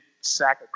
sack